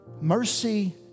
Mercy